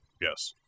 Yes